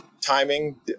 Timing